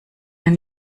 ein